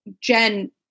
Jen